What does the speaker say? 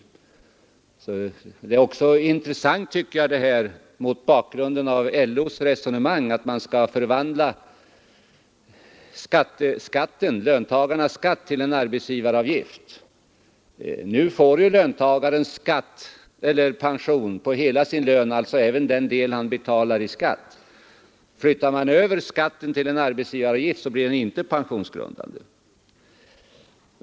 Frågan är också intressant mot bakgrund av LO:s resonemang att löntagarnas skatter skall förvandlas till en arbetsgivaravgift. Nu grundas löntagarens pension på hans bruttoinkomst. Överförs inkomstskatten till en arbetsgivaravgift blir denna inte pensionsgrundande.